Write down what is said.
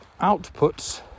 outputs